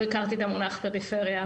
אני לא הכרתי את המונח פריפריה,